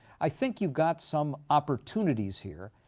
i think you've got some opportunities here.